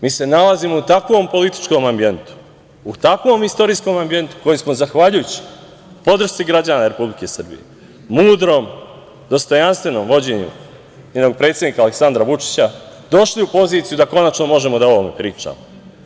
Mi se nalazimo u takvom političkom ambijentu, u takvom istorijskom ambijentu, koji smo zahvaljujući podršci građana Republike Srbije, mudrom, dostojanstvenom vođenju njenog predsednika Aleksandra Vučića, došli u poziciju da konačno možemo da o ovome pričamo.